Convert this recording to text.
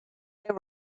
they